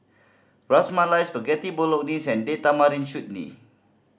Ras Malai Spaghetti Bolognese and Date Tamarind Chutney